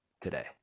today